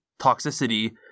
toxicity